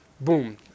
boom